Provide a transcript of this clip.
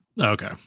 Okay